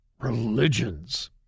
Religions